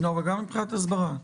אבל גם מבחינת הסברה?